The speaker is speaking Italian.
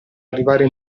arrivare